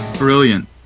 Brilliant